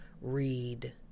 read